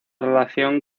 relación